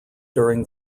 during